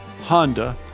Honda